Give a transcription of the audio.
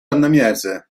نمیارزه